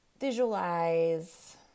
visualize